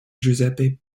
giuseppe